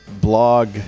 blog